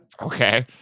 Okay